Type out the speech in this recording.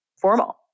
formal